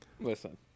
Listen